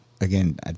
Again